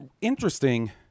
Interesting